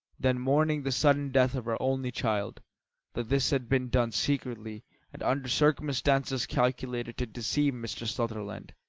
then mourning the sudden death of her only child that this had been done secretly and under circumstances calculated to deceive mr. sutherland,